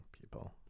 people